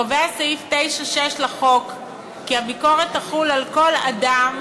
קובע סעיף 9(6) לחוק כי הביקורת תחול על ”כל אדם,